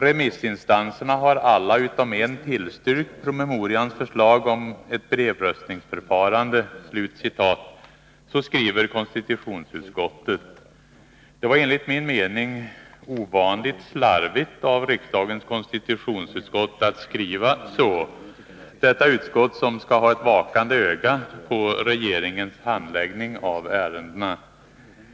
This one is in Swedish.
Remissinstanserna har alla utom en tillstyrkt promemorians förslag om ett brevröstningsförfarande.” Detta skriver konstitutionsutskottet. Det var, enligt min mening, ovanligt slarvigt av riksdagens konstitutionsutskott att skriva så — detta utskott som skall ha ett vakande öga på regeringens handläggning av ärendena.